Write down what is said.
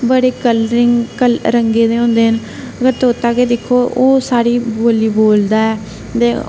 बडे़ कलरिंग रंगे दे होंदे ना अगर तोता गै दिक्खो ओह् साढ़ी बोल्ली बोलदा ऐ ते